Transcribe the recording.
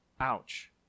Ouch